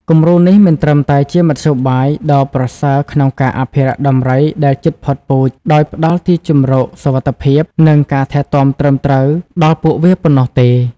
គំរូនេះមិនត្រឹមតែជាមធ្យោបាយដ៏ប្រសើរក្នុងការ អភិរក្សដំរីដែលជិតផុតពូជ ដោយផ្តល់ទីជម្រកសុវត្ថិភាព និងការថែទាំត្រឹមត្រូវដល់ពួកវាប៉ុណ្ណោះទេ។